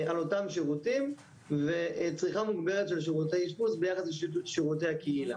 על אותם שירותים וצריכה מוגברת של שירותי אשפוז ביחס לשרותי הקהילה.